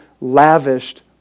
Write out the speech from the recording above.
lavished